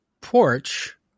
porch